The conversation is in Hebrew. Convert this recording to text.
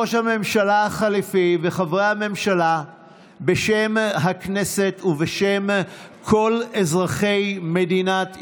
ראש הממשלה החליפי וחברי הממשלה בשם הכנסת ובשם כל אזרחי מדינת ישראל.